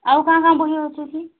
ଆଉ କ'ଣ କ'ଣ ବହି ଅଛି କି